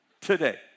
today